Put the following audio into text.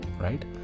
right